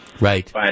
Right